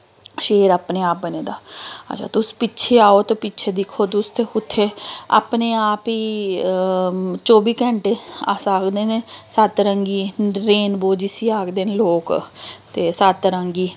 शेर अपने आप बने दा अच्छा तुस पिच्छें आओ ते पिच्छें दिक्खो तुस ते उत्थें अपने आप ई चौबी घैंटे अस आखने नी सत्त रंगी रेनबो जिसी आखदे न लोग ते सत्त रंगी